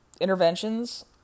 interventions